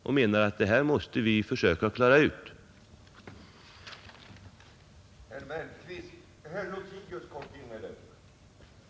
Jag anser att det är viktigt att dessa frågor får en tillfredställande lösning.